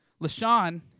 LaShawn